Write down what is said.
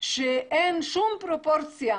בתוך המחאות,